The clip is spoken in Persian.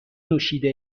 نوشیده